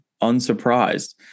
unsurprised